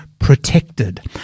protected